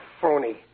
phony